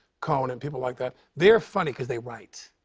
conan, people like that, they're funny cause they write.